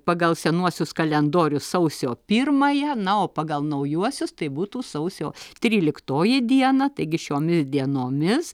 pagal senuosius kalendorius sausio pirmąją na o pagal naujuosius tai būtų sausio tryliktoji diena taigi šiomis dienomis